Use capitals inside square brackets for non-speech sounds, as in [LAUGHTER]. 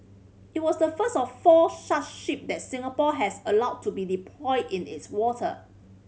it was the first of four [UNINTELLIGIBLE] ship that Singapore has allowed to be deployed in its water